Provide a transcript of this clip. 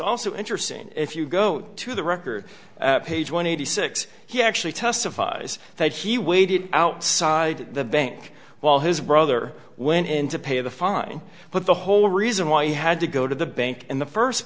also interesting if you go to the record page one hundred six he actually testifies that he waited outside the bank while his brother went in to pay the fine but the whole reason why he had to go to the bank in the first